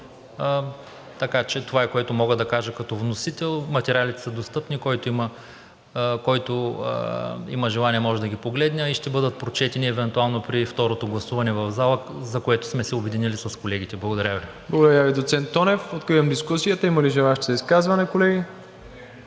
така че това е, което мога да кажа като вносител. Материалите са достъпни, който има желание, може да ги погледне, а и ще бъдат прочетени евентуално при второто гласуване, за което сме се обединили с колегите. Благодаря Ви. ПРЕДСЕДАТЕЛ МИРОСЛАВ ИВАНОВ: Благодаря Ви, доцент Тонев. Откривам дискусията. Има ли желаещи за изказване, колеги?